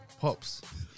pops